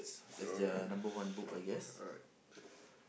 alright (pb) alright